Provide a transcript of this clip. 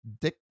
dick